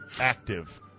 active